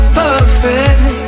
perfect